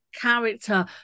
Character